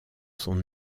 son